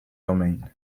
domain